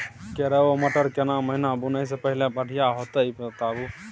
केराव आ मटर केना महिना बुनय से फसल बढ़िया होत ई बताबू?